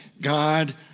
God